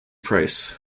price